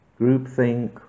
groupthink